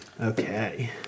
Okay